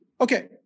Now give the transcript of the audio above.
Okay